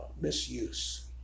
misuse